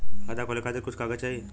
खाता खोले के खातिर कुछ कागज चाही?